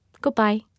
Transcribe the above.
Goodbye